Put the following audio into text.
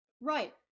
Right